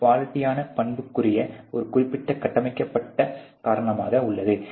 ஒரு குவாலிட்டியான பண்புக்கூறில் ஒரு குறிப்பிட்ட கட்டமைக்கப்பட்ட பின்புறம் இணக்கமின்மைக்கு காரணமாக உள்ளது